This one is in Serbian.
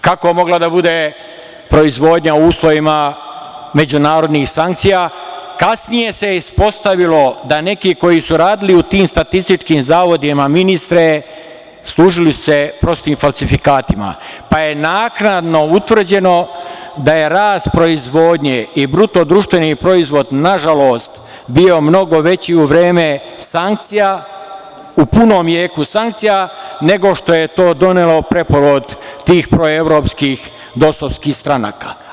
Kako je mogla da bude proizvodnja u uslovima međunarodnih sankcija, kasnije se ispostavilo da neki koji su radili u tim statističkim zavodima, ministre, služili se prostim falsifikatima, pa je naknadno utvrđeno da je rast proizvodnje i BDP, nažalost, bio mnogo veći u vreme sankcija, u punom jeku sankcija, nego što je to donelo preporod tih proevropskih dosovskih stranaka.